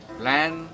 plan